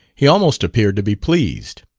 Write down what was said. he almost appeared to be pleased.